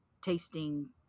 tasting